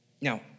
Now